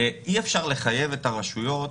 אי אפשר לחייב את הרשויות